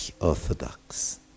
orthodox